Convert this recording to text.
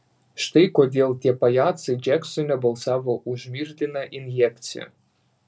štai kodėl tie pajacai džeksone balsavo už mirtiną injekciją